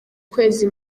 kwezi